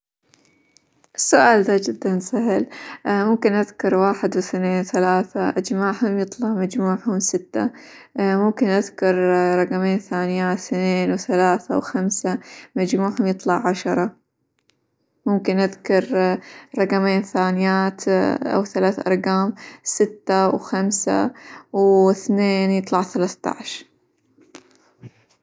السؤال ذا جدًا سهل ممكن أذكر واحد، وإثنين، وثلاثة اجمعهم يطلع مجموعهم ستة، ممكن أذكر رقمين ثانيات إثنين، وثلاثة، وخمسة مجموعهم يطلع عشرة، ممكن أذكر رقمين ثانيات أو ثلاث أرقام ستة، وخمسة، وإثنين يطلع ثلاثة عشر.